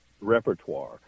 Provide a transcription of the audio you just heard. repertoire